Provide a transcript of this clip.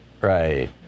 Right